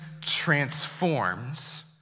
transforms